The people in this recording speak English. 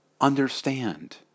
understand